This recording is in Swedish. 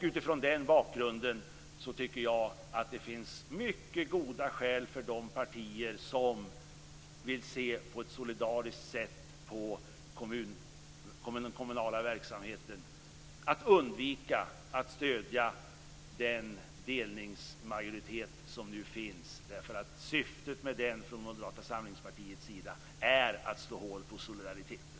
Mot den bakgrunden tycker jag att det finns mycket goda skäl för de partier som vill se solidariskt på den kommunala verksamheten att undvika att stödja den delningsmajoritet som nu finns, därför att syftet från Moderata samlingspartiets sida är att slå hål på solidariteten.